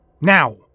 Now